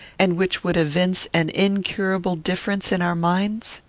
and which would evince an incurable difference in our minds?